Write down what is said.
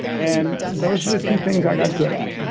and those are the two things i got good at.